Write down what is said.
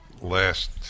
last